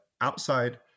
outside